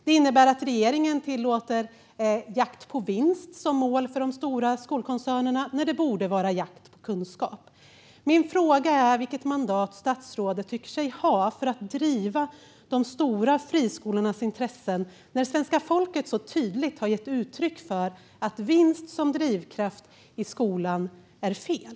Det innebär att regeringen tillåter jakt på vinst som mål för de stora skolkoncernerna när det borde vara jakt på kunskap. Min fråga är vilket mandat statsrådet tycker sig ha för att driva de stora friskolornas intressen när svenska folket tydligt har gett uttryck för att vinst som drivkraft i skolan är fel.